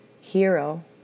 hero